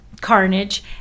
carnage